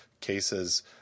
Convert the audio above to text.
cases